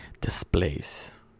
displays